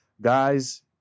guys